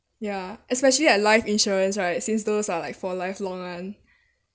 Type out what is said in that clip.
ya especially like life insurance right since those are like for lifelong [one]